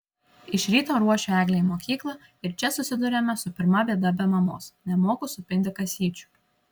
iš ryto ruošiu eglę į mokyklą ir čia susiduriame su pirma bėda be mamos nemoku supinti kasyčių